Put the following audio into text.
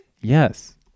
yes